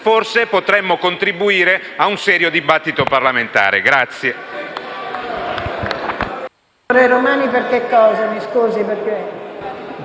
forse potremmo contribuire ad un serio dibattito parlamentare.